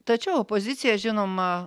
tačiau opozicija žinoma